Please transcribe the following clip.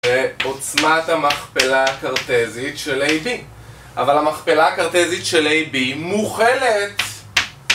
זה עוצמת המכפלה הקרטזית של A-B אבל המכפלה הקרטזית של A-B מוכלת